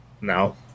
No